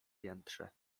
piętrze